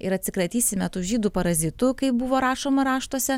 ir atsikratysime tų žydų parazitų kaip buvo rašoma raštuose